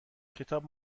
کتاب